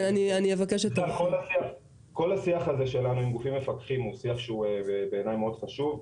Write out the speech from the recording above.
כל השיח הזה של הגופים המפקחים הוא שיח שהוא בעיני מאוד חשוב.